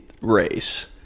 race